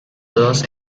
dos